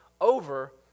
over